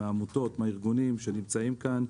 מהעמותות ומהארגונים שנמצאים כאן.